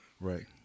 Right